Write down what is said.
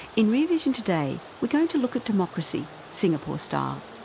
in rear vision today, we're going to look at democracy, singapore-style.